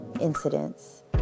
incidents